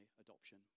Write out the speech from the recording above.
adoption